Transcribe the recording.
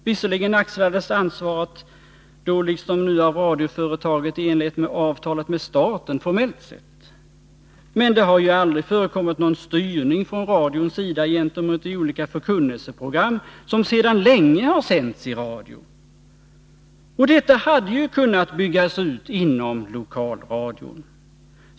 Visserligen axlades ansvaret formellt sett då liksom nu av radioföretaget, i enlighet med avtalet med staten, men det har ju aldrig förekommit någon styrning från radions sida gentemot de olika förkunnelseprogram som sedan länge har sänts i radio. Och detta hade ju kunnat byggas ut inom lokalradion.